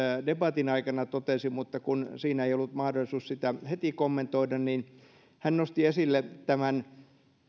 debatin aikana totesi kun siinä ei ollut mahdollisuus sitä heti kommentoida hän nosti esille